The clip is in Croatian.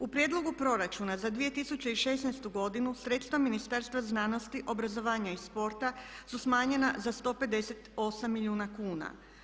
U prijedlogu proračuna za 2016. godinu sredstva Ministarstva znanosti, obrazovanja i sporta su smanjena za 158 milijuna kuna.